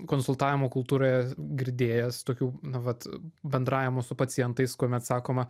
konsultavimo kultūroje girdėjęs tokių na vat bendravimo su pacientais kuomet sakoma